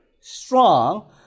strong